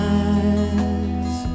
eyes